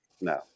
no